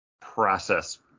process